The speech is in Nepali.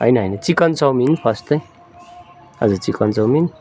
होइन होइन चिकन चाउमिन फर्स्ट चाहिँ हजुर चिकन चाउमिन